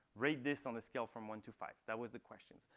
rate this on a scale from one to five. that was the question.